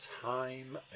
time